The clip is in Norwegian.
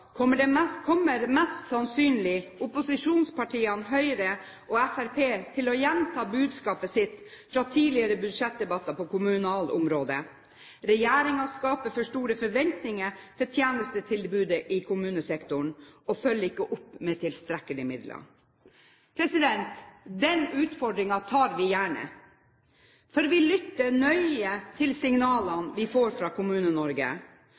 kommer mest sannsynlig opposisjonspartiene, Høyre og Fremskrittspartiet, til å gjenta budskapet sitt fra tidligere budsjettdebatter på kommunalområdet: Regjeringen skaper for store forventninger til tjenestetilbudet i kommunesektoren og følger ikke opp med tilstrekkelige midler. Den utfordringen tar vi gjerne. For vi lytter nøye til signalene vi får fra